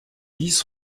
dix